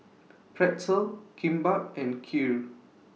Pretzel Kimbap and Kheer